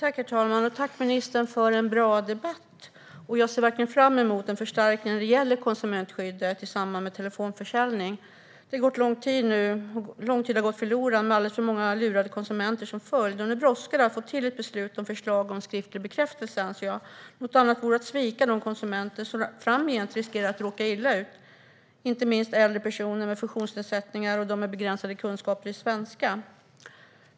Herr talman! Jag tackar ministern för en bra debatt. Jag ser fram emot en förstärkning av konsumentskyddet i samband med telefonförsäljning. Mycket tid har gått förlorad med alldeles för många lurade konsumenter som följd. Nu brådskar det att få till ett beslut om förslag om skriftlig bekräftelse. Något annat vore att svika de konsumenter som framgent riskerar att råka illa ut, inte minst äldre personer med funktionsnedsättningar och de med begränsade kunskaper i svenska.